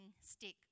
stick